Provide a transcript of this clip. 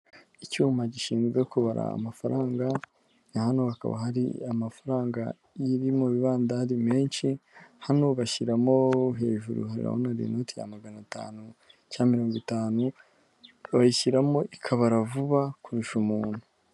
Icyuma gishinzwe kubara amafaranga nka hano hakaba hari amafaranga yi mubibandari menshi, hano bashyiramo hejuru hari inoti ya magana atanu cyangwa mirongo itanu, bayishyiramo ikabara vuba kurusha umuntu.